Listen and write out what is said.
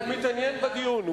הוא מתעניין בדיון.